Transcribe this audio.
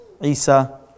Isa